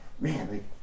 Man